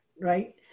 right